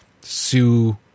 Sue